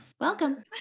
Welcome